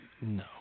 No